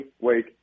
Wake